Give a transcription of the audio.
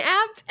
app